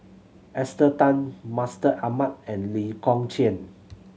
Esther Tan Mustaq Ahmad and Lee Kong Chian